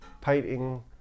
painting